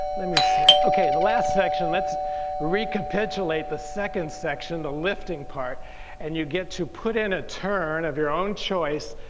let me see, okay the last section. lets recapitulate the second section, the lifting part and you get to put in a turn of your own choice.